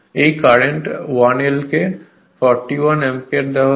এই current I L কে 41 ampere দেওয়া হয়েছে